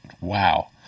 Wow